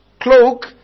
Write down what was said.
cloak